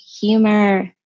humor